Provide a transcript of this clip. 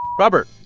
robert